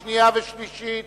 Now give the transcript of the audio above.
52 בעד, 25 נגד,